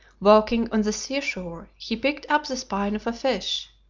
walking on the seashore he picked up the spine of a fish.